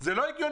זה לא הגיוני.